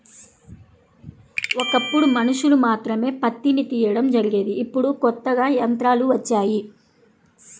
ఒకప్పుడు మనుషులు మాత్రమే పత్తిని తీయడం జరిగేది ఇప్పుడు కొత్తగా యంత్రాలు వచ్చాయి